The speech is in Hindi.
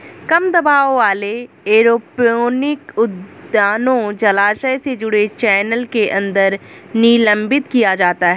कम दबाव वाले एरोपोनिक उद्यानों जलाशय से जुड़े चैनल के अंदर निलंबित किया जाता है